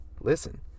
listen